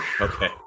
okay